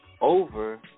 over